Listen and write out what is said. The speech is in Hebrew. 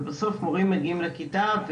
ובסוף מורים מגיעים לכיתה,